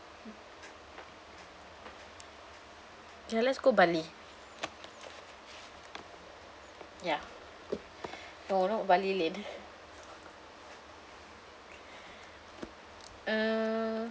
ya let's go bali ya oh not bali lane uh